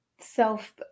self